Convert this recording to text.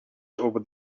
over